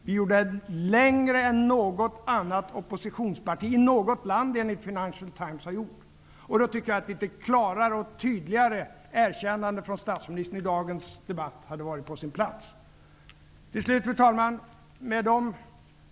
Vi gick längre än något annat oppositionsparti i något land har gjort, enligt Financial Times. Jag tycker därför att ett klarare och tydligare erkännande från statsministern hade varit på sin plats i dagens debatt. Fru talman!